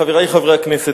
חברי חברי הכנסת,